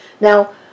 Now